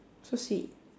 so sweet